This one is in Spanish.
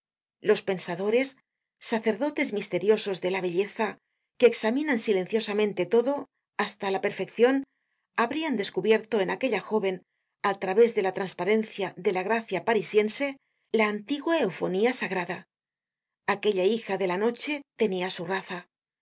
los pensadores sacerdotes misteriosos de la belleza que examinan silenciosamente lodo hasta la perfeccion habrian descubierto en aquella jóven al través de la trasparencia de la gracia parisiense la antigua eufonia sagrada aquella hija de la noche tenia su raza